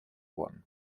worden